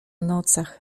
nocach